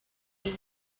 wind